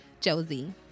Josie